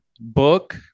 book